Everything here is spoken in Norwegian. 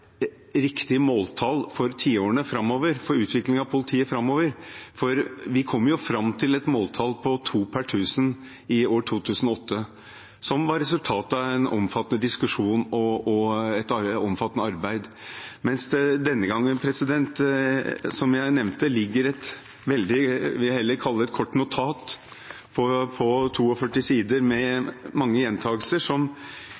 riktig måltall for utviklingen av politiet i tiårene framover. Vi kom fram til et måltall på to per 1 000 i 2008. Det var resultatet av en omfattende diskusjon og et omfattende arbeid. Denne gang foreligger det, som jeg nevnte, et heller kort notat på 42 sider, med mange gjentakelser, som